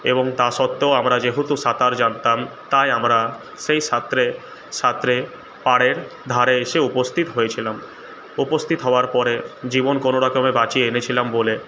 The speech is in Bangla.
এবং তা সত্ত্বেও আমরা যেহেতু সাঁতার জানতাম তাই আমরা সেই সাঁতরে সাঁতরে পাড়ের ধারে এসে উপস্থিত হয়েছিলাম উপস্থিত হওয়ার পরে জীবন কোনো রকমে বাঁচিয়ে এনেছিলাম বলে